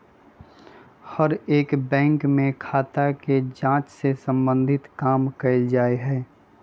हर एक बैंक में खाता के जांच से सम्बन्धित काम कइल जा हई